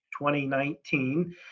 2019